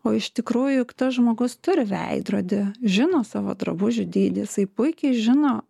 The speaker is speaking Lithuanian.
o iš tikrųjų juk tas žmogus turi veidrodį žino savo drabužių dydį jisai puikiai žino